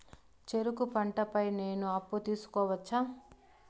చెరుకు పంట పై నేను అప్పు తీసుకోవచ్చా?